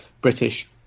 British